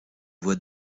voie